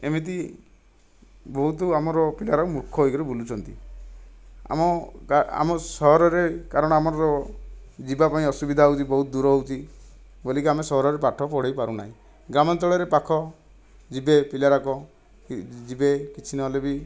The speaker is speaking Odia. ଏମିତି ବହୁତ ଆମର ପିଲାର ମୂର୍ଖ ହୋଇକରି ବୁଲୁଛନ୍ତି ଆମ ଆମର ସହରରେ କାରଣ ଆମର ଯିବା ପାଇଁ ଅସୁବିଧା ହେଉଛି ବହୁତ ଦୂର ହେଉଛି ବଲିକି ଆମେ ସହରରେ ପାଠ ପଢ଼ାଇ ପାରୁନାହିଁ ଗ୍ରାମାଞ୍ଚଳରେ ପାଖ ଯିବେ ପିଲା ଗୁଡ଼ାକ ଏ ଯିବେ କିଛି ନହେଲେ ବି